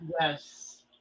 Yes